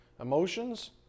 emotions